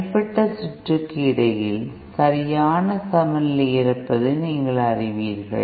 தனிப்பட்ட சுற்றுகளுக்கு இடையில் சரியான சமநிலை இருப்பதை நீங்கள் அறிவீர்கள்